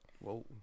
whoa